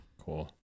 Cool